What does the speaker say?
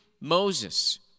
Moses